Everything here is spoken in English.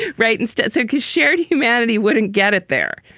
right. instead, so cause shared humanity wouldn't get it there.